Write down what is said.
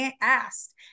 asked